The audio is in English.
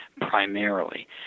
primarily